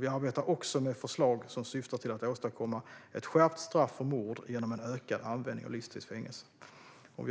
Vi arbetar också med förslag som syftar till att åstadkomma ett skärpt straff för mord genom en ökad användning av livstids fängelse, och